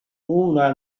una